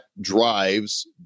drives